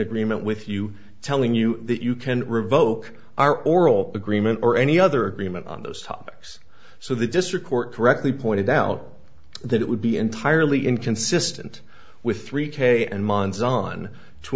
agreement with you telling you that you can revoke our oral agreement or any other agreement on those topics so the district court correctly pointed out that it would be entirely inconsistent with three k and mons on to